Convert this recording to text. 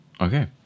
Okay